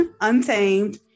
untamed